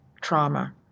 trauma